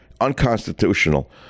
unconstitutional